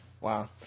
wow